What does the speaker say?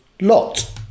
lot